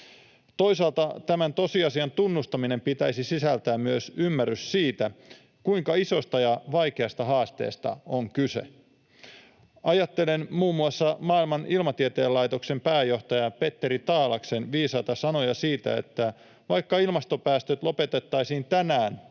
Toisaalta tämän tosiasian tunnustamisen pitäisi sisältää myös ymmärrys siitä, kuinka isosta ja vaikeasta haasteesta on kyse. Ajattelen muun muassa maailman ilmatieteen laitoksen pääjohtajan Petteri Taalaksen viisaita sanoja siitä, että vaikka ilmastopäästöt lopetettaisiin tänään,